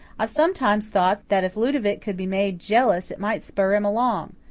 i've sometimes thought that if ludovic could be made jealous it might spur him along.